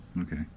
Okay